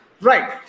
Right